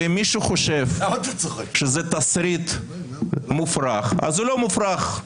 ואם מישהו חושב שזה תסריט מופרך, אז הוא לא מופרך.